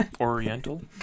Oriental